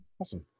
Awesome